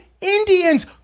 Indians